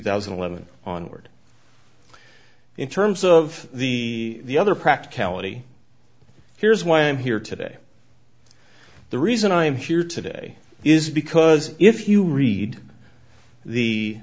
thousand and eleven onward in terms of the other practicality here's why i'm here today the reason i'm here today is because if you read the